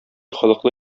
холыклы